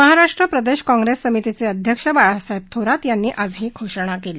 महाराष्ट्र प्रदेश काँग्रेस समितीचे अध्यक्ष आमदार बाळासाहेब थोरात यांनी आज ही घोषणा केली